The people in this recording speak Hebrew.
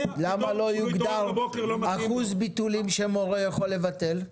לה לא יוגדר אחוז ביטולים שמורה יכול לבטל?